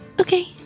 Okay